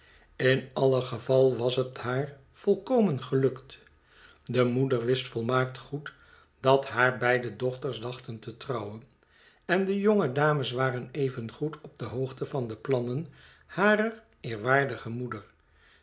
in alle geval was het haar volkomen gelukt de moeder wist volmaakt goed dat haar beide dochters dachten te trouwen en de jonge dames waren evengoed op de hoogte van de plannen harer eerwaardige moeder